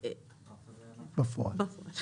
התחולה של הרפורמה הזאת היא רק ב-1 בינואר 2023